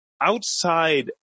outside